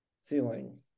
ceiling